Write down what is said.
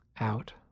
out